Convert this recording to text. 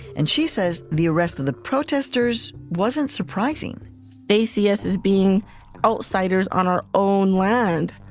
and she says the arrest of the protesters wasn't surprising they see us as being outsiders on our own land.